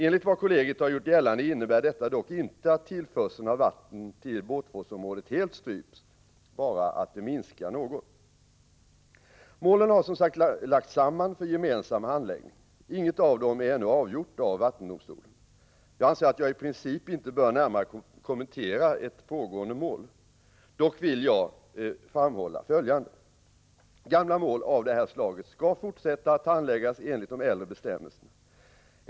Enligt vad kollegiet har gjort gällande innebär detta dock inte att tillförseln av vatten till Båtforsområdet helt stryps, bara att den minskar något. Målen har som sagt lagts samman för gemensam handläggning. Inget av dem är ännu avgjort av vattendomstolen. Jag anser att jag i princip inte bör närmare kommentera ett pågående mål. Dock vill jag framhålla följande. Gamla mål av det här slaget skall fortsätta att handläggas enligt de äldre bestämmelserna.